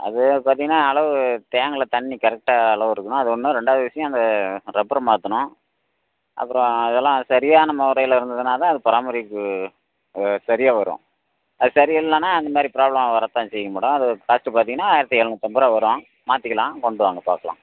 அது பார்த்திங்கன்னா அளவு டேங்க்கில் தண்ணி கரெக்டாக அளவு இருக்கணும் அது ஒன்றும் ரெண்டாவது விஷயம் அந்த ரப்பரை மாற்றணும் அப்புறம் அதெல்லாம் சரியான முறையில் இருந்ததுனா தான் அது பராமரிப்பு சரியாக வரும் அது சரியா இல்லைனா அந்த மாதிரி ப்ராப்ளம் வரத்தான் செய்யும் மாடம் அது காஸ்ட்டு பார்த்தீங்கன்னா ஆயிரத்தி எழுநூற்றைம்பது ரூபா வரும் மாத்திக்கலாம் கொண்டு வாங்க பார்க்கலாம்